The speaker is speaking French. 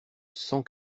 cent